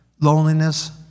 loneliness